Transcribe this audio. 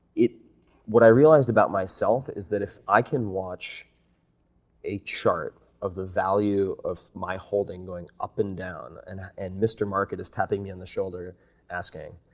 what i realized about myself is that if i can watch a chart of the value of my holding going up and down and and mr. market is tapping me on the shoulder asking,